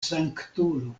sanktulo